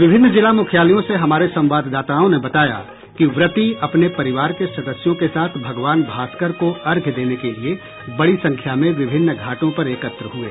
विभिन्न जिला मुख्यालयों से हमारे संवाददाताओं ने बताया कि व्रती अपने परिवार के सदस्यों के साथ भगवान भास्कर को अर्घ्य देने के लिए बड़ी संख्या में विभिन्न घाटों पर एकत्र हुये